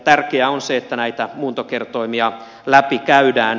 tärkeää on se että näitä muuntokertoimia läpikäydään